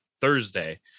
Thursday